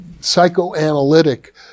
psychoanalytic